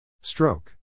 Stroke